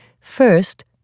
First